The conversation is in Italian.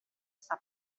sta